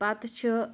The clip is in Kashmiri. پتہٕ چھِ